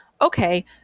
okay